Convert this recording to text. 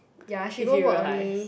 if you realize